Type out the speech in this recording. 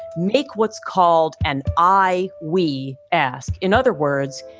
make what's called an eye, we ask, in other words,